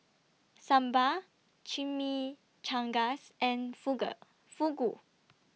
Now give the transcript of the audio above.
Sambar Chimichangas and Fugu